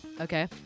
Okay